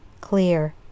clear